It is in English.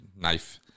knife